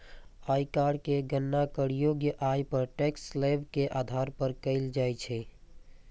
आयकर के गणना करयोग्य आय पर टैक्स स्लेब के आधार पर कैल जाइ छै